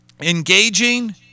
engaging